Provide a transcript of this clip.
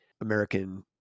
American